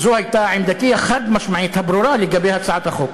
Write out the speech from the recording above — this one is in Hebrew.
זו הייתה עמדתי החד-משמעית הברורה לגבי הצעת החוק.